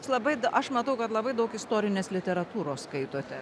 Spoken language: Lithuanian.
jūs labai aš matau kad labai daug istorinės literatūros skaitote